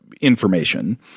information